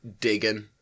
digging